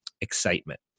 excitement